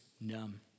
numb